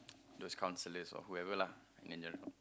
those counsellors or whoever lah